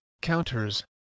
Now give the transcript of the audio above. counters